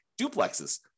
duplexes